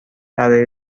برای